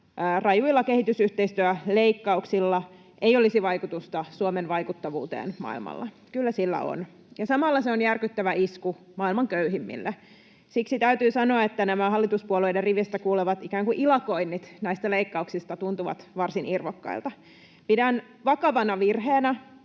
rajuilla kehitysyhteistyöleikkauksilla ei olisi vaikutusta Suomen vaikuttavuuteen maailmalla. Kyllä sillä on, ja samalla se on järkyttävä isku maailman köyhimmille. Siksi täytyy sanoa, että nämä hallituspuolueiden riveistä kuuluvat ikään kuin ilakoinnit näistä leikkauksista tuntuvat varsin irvokkailta. Pidän vakavana virheenä